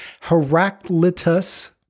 Heraclitus